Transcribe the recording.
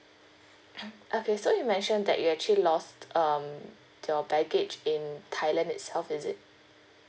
okay so you mention that you actually lost um your baggage in thailand itself is it